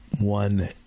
one